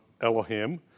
Elohim